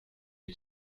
est